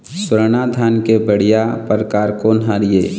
स्वर्णा धान के बढ़िया परकार कोन हर ये?